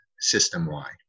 system-wide